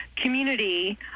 community